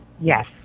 Yes